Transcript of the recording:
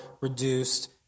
reduced